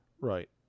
Right